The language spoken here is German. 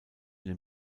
den